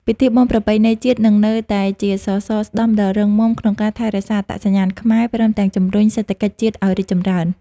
ពិធីបុណ្យប្រពៃណីជាតិនឹងនៅតែជាសសរស្តម្ភដ៏រឹងមាំក្នុងការថែរក្សាអត្តសញ្ញាណខ្មែរ ព្រមទាំងជំរុញសេដ្ឋកិច្ចជាតិឱ្យរីកចម្រើន។